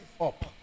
up